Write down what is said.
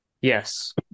Yes